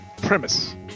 premise